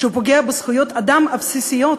שפוגע בזכויות אדם בסיסיות,